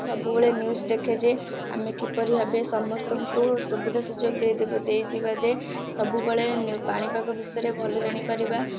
ସବୁବେଳେ ନ୍ୟୁଜ୍ ଦେଖେ ଯେ ଆମେ କିପରି ଭାବେ ସମସ୍ତଙ୍କୁ ସୁବିଧା ସୁଯୋଗ ଦେଇଦେବା ଦେଇଯିବା ଯେ ସବୁବେଳେ ପାଣିପାଗ ବିଷୟରେ ଭଲ ଜାଣି ପାରିବା